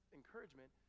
encouragement